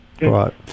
Right